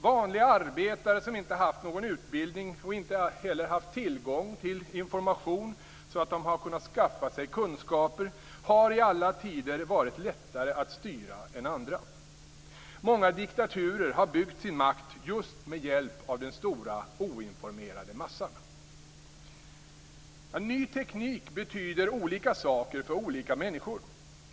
Vanliga arbetare som inte haft någon utbildning och inte heller haft tillgång till information så att de har kunnat skaffa sig kunskaper har i alla tider varit lättare att styra än andra. Många diktaturer har byggt sin makt just med hjälp av den stora oinformerade massan. Ny teknik betyder olika saker för olika människor.